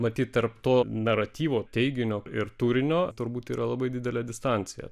matyt tarp to naratyvo teiginio ir turinio turbūt yra labai didelė distancija